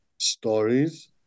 Stories